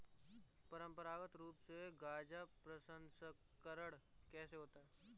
परंपरागत रूप से गाजा प्रसंस्करण कैसे होता है?